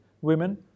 Women